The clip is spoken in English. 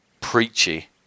preachy